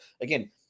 again